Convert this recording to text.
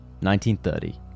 1930